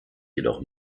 jedoch